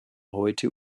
heute